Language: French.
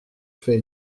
fais